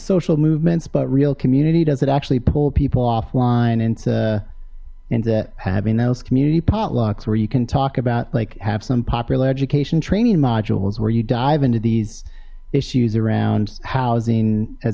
social movements but real community does it actually pull people offline and to into having those community potlucks where you can talk about like have some popular education training modules where you dive into these issues around housing a